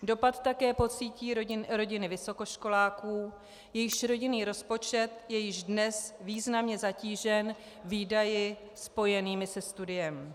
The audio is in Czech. Dopad také pocítí rodiny vysokoškoláků, jejichž rodinný rozpočet je již dnes významně zatížen výdaji spojenými se studiem.